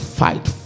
fight